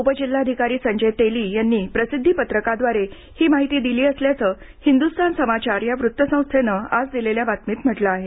उपजिल्हाधिकारी संजय तेली यांनी प्रसिध्दी पत्रकाद्वारे ही माहिती दिली असल्याचं हिंदु्स्तान समाचार या वृत्तसंस्थेनं आज दिलेल्या बातमीत म्हटलं आहे